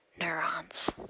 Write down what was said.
neurons